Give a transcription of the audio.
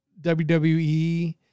WWE